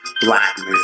Blackness